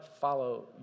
follow